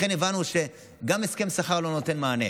הבנו שגם הסכם שכר לא נותן מענה,